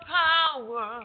power